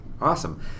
Awesome